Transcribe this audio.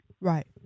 right